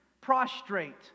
prostrate